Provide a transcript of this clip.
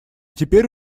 теперь